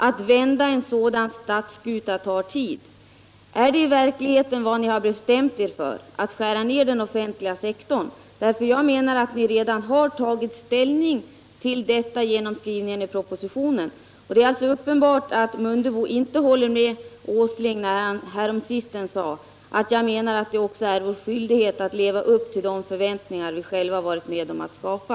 Att vända en sådan statsskuta tar tid.” Är det i verkligheten vad ni har bestämt er för att göra — att skära ned den offentliga sektorn? Jag anser att ni redan har tagit ställning till detta genom skrivningen i den här propositionen. Det är alltså uppenbart att Ingemar Mundebo inte håller med Nils Åsling om det han häromsistens sade: ”Jag menar att det också är vår skyldighet att leva upp till de förväntningar vi själva varit med om att skapa.”